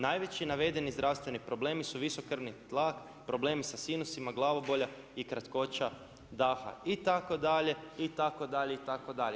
Najveći navedeni zdravstveni problemi su visok krvni tlak, problemi sa sinusima, glavobolja i kratkoća daha.“ Itd., itd., itd.